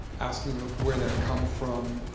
asking where they come from,